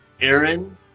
Aaron